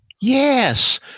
yes